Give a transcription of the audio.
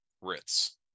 Ritz